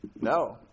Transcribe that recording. No